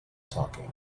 talking